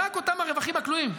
רק אותם הרווחים הכלואים,